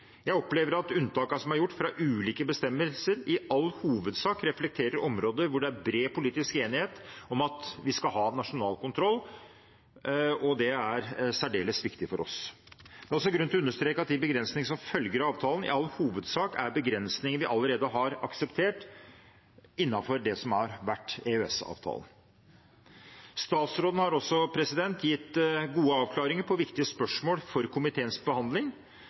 Jeg opplever at unntakene som er gjort fra ulike bestemmelser, i all hovedsak reflekterer områder der det er bred politisk enighet om at vi skal ha nasjonal kontroll, og det er særdeles viktig for oss. Det er også grunn til å understreke at de begrensningene som følger av avtalen, i all hovedsak er begrensninger vi allerede har akseptert innenfor det som har vært EØS-avtalen. Statsråden har også gitt gode avklaringer på viktige spørsmål for komiteens behandling,